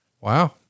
Wow